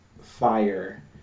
fire